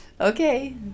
Okay